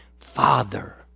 Father